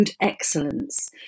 excellence